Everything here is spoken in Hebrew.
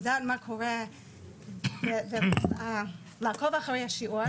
לדעת מה קורה ולעקוב אחרי השיעור.